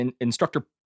Instructor